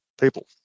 people